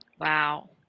wow